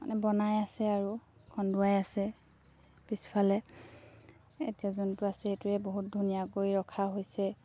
মানে বনাই আছে আৰু খন্দুৱাই আছে পিছফালে এতিয়া যোনটো আছে এইটোৱে বহুত ধুনীয়াকৈ ৰখা হৈছে